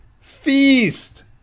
feast